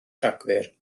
rhagfyr